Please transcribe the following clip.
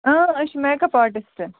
أسۍ چھِ makeup آرٹِسٹہٕ